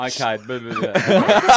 Okay